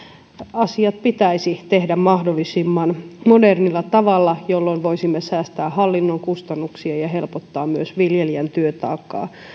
asiat pitäisi tehdä mahdollisimman modernilla tavalla jolloin voisimme säästää hallinnon kustannuksia ja myös helpottaa viljelijän työtaakkaa